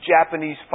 Japanese